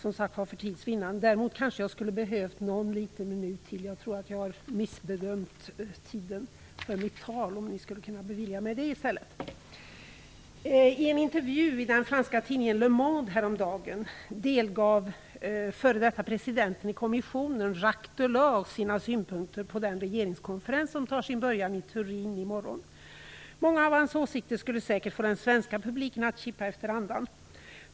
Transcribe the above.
Jag tror att jag har missbedömt tiden för mitt anförande och hoppas att ni kan bevilja mig någon minut till. I en intervju häromdagen i den franska tidningen Jacques Delors, sina synpunkter på den regeringskonferens som tar sin början i Turin i morgon. Många av hans åsikter skulle säkert få den svenska publiken att kippa efter andan.